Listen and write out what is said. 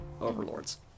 overlords